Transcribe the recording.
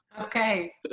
Okay